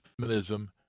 feminism